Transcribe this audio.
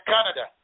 Canada